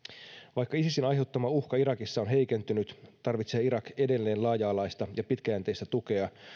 vaikka isisin aiheuttama uhka irakissa on heikentynyt tarvitsee irak edelleen laaja alaista ja pitkäjänteistä tukea